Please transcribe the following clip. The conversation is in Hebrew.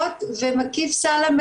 אני עובדת סוציאלית מחוזית,